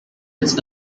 its